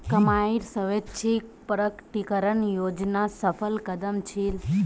कमाईर स्वैच्छिक प्रकटीकरण योजना सफल कदम छील